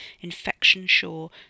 infection-sure